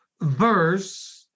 verse